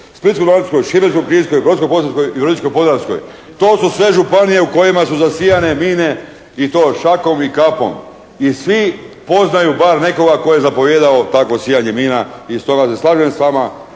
Splitsko-dalmatinskoj, Šibensko-kninskoj, Brodsko-posavskoj i Virovitičko-podravskoj. To su sve županije u kojima su zasijane mine i to šakom i kapom i svi poznaju bar nekoga tko je zapovijedao takvo sijanje mina i stoga se slažem s vama